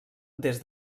des